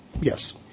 yes